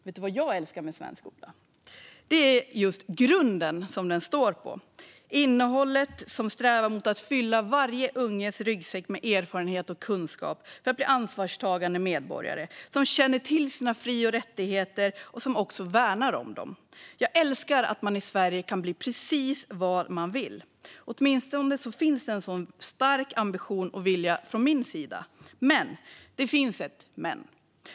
Vet ni vad jag älskar med svensk skola? Det är just grunden som den står på. Det är innehållet som strävar mot att fylla varje unges ryggsäck med erfarenhet och kunskap för att de ska bli ansvarstagande medborgare som känner till sina fri och rättigheter och som också värnar om dem. Jag älskar att man i Sverige kan bli precis vad man vill. Åtminstone finns en sådan stark ambition och vilja från min sida. Men det finns ett men.